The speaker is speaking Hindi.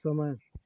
समय